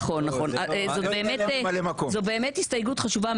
נכון, זו באמת הסתייגות חשובה.